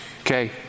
okay